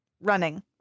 running